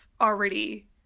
already